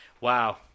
wow